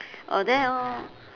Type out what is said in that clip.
oh then uh